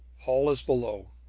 holl is below.